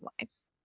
lives